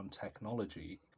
technology